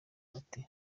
bati